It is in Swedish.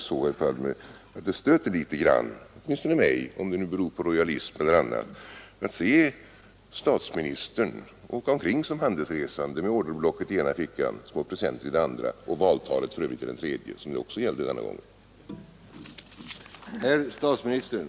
Det stöter åtminstone mig litet grand, herr Palme — om det nu beror på rojalism eller på något annat — att se statsministern åka som handelsresande med orderblocket i den ena fickan och små presenter i den andra — och för övrigt valtalet i den tredje, för det gällde det också denna gång.